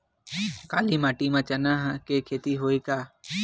काली माटी म चना के खेती होही का?